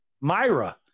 Myra